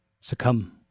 succumb